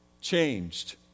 changed